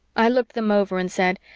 i looked them over and said,